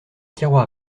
tiroirs